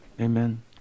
amen